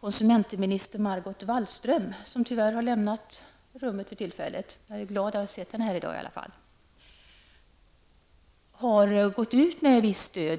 konsumentminister Margot Wallström -- tyvärr har hon lämnat kammaren, men jag är glad att jag sett henne här i dag i alla fall -- har gått ut med visst stöd.